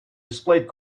displayed